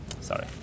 sorry